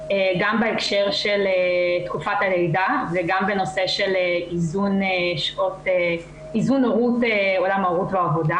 בהקשר של תקופת הלידה וגם בנושא של איזון עולם ההורות והעבודה.